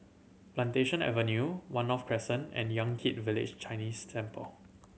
Plantation Avenue One North Crescent and Yan Kit Village Chinese Temple